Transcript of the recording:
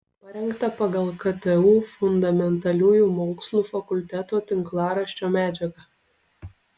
parengta pagal ktu fundamentaliųjų mokslų fakulteto tinklaraščio medžiagą